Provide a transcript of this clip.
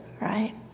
right